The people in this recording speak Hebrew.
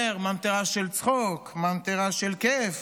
אומר: ממטרה של צחוק, ממטרה של כיף.